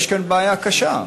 יש כאן בעיה קשה.